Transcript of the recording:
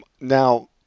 Now